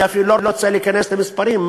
אני אפילו לא רוצה להיכנס למספרים,